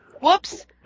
Whoops